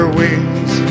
wings